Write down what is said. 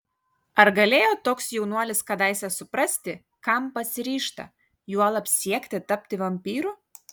ar galėjo toks jaunuolis kadaise suprasti kam pasiryžta juolab siekti tapti vampyru